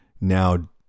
now